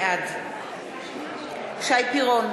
בעד שי פירון,